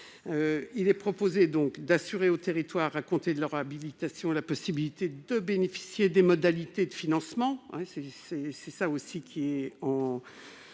il est proposé d'assurer aux territoires, à compter de leur habilitation, la possibilité de bénéficier des modalités de financement tout le temps